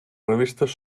revistes